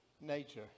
nature